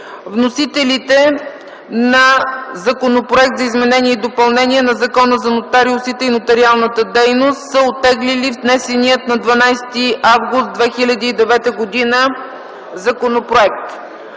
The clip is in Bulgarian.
вносителите на Законопроекта за изменение и допълнение на Закона за нотариусите и нотариалната дейност са оттеглили внесения на 12 август 2009 г. законопроект.